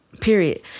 Period